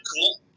cool